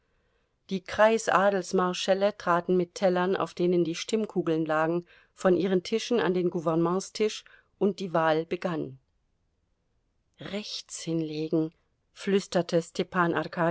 die kreis adelsmarschälle traten mit tellern auf denen die stimmkugeln lagen von ihren tischen an den gouvernementstisch und die wahl begann rechts hinlegen flüsterte stepan